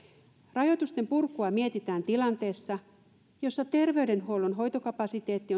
rajoitusten purkua mietitään tilanteessa jossa terveydenhuollon hoitokapasiteetti